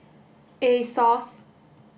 Asos